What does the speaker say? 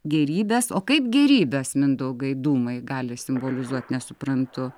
gėrybes o kaip gėrybes mindaugai dūmai gali simbolizuot nesuprantu